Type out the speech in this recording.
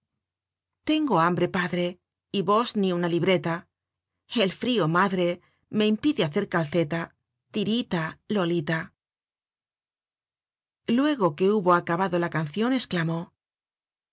tengo hambre padre y vos ni una libreta el frio madre me impide hacer calceta tirita lolita luego que hubo acabado la cancion esclamó